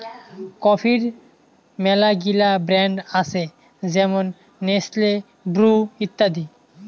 কফির মেলাগিলা ব্র্যান্ড আসে যেমন নেসলে, ব্রু ইত্যাদি